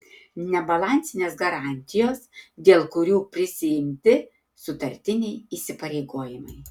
nebalansinės garantijos dėl kurių prisiimti sutartiniai įsipareigojimai